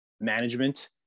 management